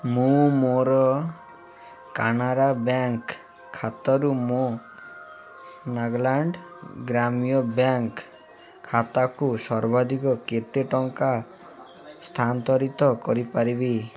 ମୁଁ ମୋର କାନାରା ବ୍ୟାଙ୍କ୍ ଖାତାରୁ ମୋ ନାଗାଲାଣ୍ଡ୍ ଗ୍ରାମୀଣ ବ୍ୟାଙ୍କ୍ ଖାତାକୁ ସର୍ବାଧିକ କେତେ ଟଙ୍କା ସ୍ଥାନାନ୍ତରିତ କରିପାରିବି